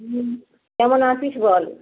হুম কেমন আছিস বল